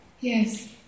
Yes